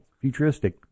Futuristic